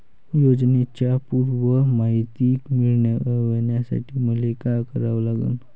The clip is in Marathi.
योजनेची पूर्ण मायती मिळवासाठी मले का करावं लागन?